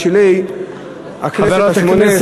בשלהי הכנסת השמונה-עשרה,